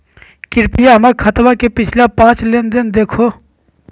कृपया हमर खाता के पिछला पांच लेनदेन देखाहो